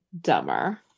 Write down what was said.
dumber